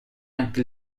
anche